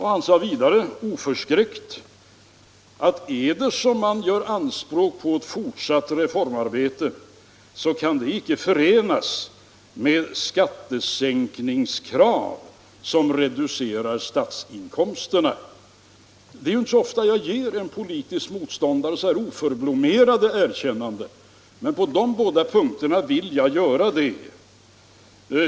Han sade vidare, oförskräckt, att gör man anspråk på ett fortsatt reformarbete så kan det icke förenas med skattesänkningskrav som reducerar statsinkomsterna. Det är inte så ofta jag ger en politisk motståndare sådana här oförblommerade erkännanden, men på de båda punkterna vill jag göra det.